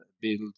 build